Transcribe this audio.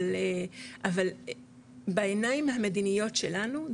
אבל בעיניים המדיניות שלנו,